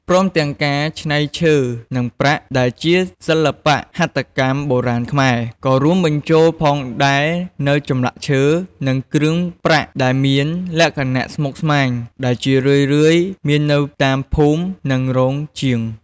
ព្រមទាំងការច្នៃឈើ និងប្រាក់ ដែលជាសិល្បៈហត្ថកម្មបុរាណខ្មែរ ក៏រួមបញ្ចូលផងដែរនូវចម្លាក់ឈើ និងគ្រឿងប្រាក់ដែលមានលក្ខណៈស្មុគស្មាញ ដែលជារឿយៗមាននៅតាមភូមិ និងរោងជាង។